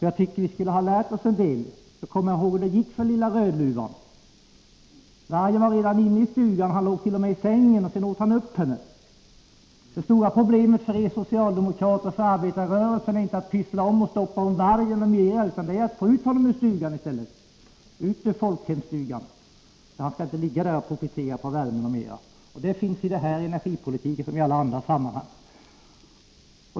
Jag tycker att vi skulle ha lärt oss en del och komma ihåg hur det gick för lilla Rödluvan. Vargen var redan inne i stugan, han lågt.o.m. isängen och åt sedan upp henne. Det stora problemet för er socialdemokrater och för arbetarrörelsen är inte att pyssla om och stoppa om vargen något mera, utan det är att få ut honom ur stugan i stället, ut ur folkhemsstugan, för han skall inte ligga där och profitera på värmen längre. Detta problem finns i energipolitiken liksom i alla andra sammanhang.